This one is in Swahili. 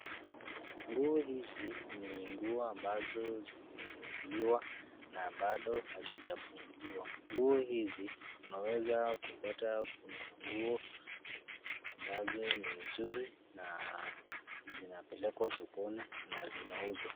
Nguo hizi ni nguo ambazo zimenunuliwa na bado hazijafunguliwa. Nguo hizi unaweza kupata kuna nguo ambazo ni mzuri na zinapelekwa sokoni na zinauzwa.